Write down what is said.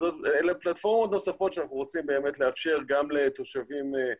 אלה פלטפורמות נוספות שאנחנו רוצים לאפשר גם לתושבים.